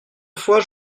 fois